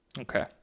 Okay